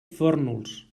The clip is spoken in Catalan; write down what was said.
fórnols